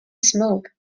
smoke